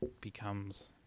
becomes